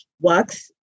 works